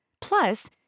Plus